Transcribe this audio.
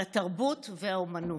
על התרבות והאומנות.